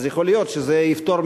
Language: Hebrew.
אז יכול להיות שזה יפתור,